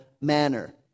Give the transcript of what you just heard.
manner